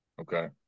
Okay